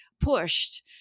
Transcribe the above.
pushed